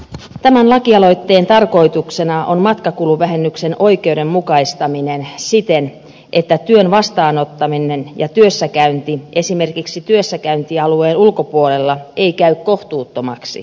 tämän lakialoitteen tarkoituksena on matkakuluvähennyksen oikeudenmukaistaminen siten että työn vastaanottaminen ja työssäkäynti esimerkiksi työssäkäyntialueen ulkopuolella ei käy kohtuuttomaksi